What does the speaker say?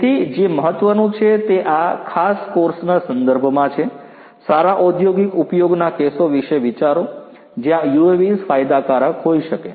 તેથી જે મહત્વનું છે તે આ ખાસ કોર્સના સંદર્ભમાં છે સારા ઔંદ્યોગિક ઉપયોગના કેસો વિશે વિચારો જ્યાં UAVs ફાયદાકારક હોઈ શકે